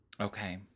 Okay